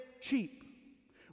cheap